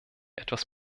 etwas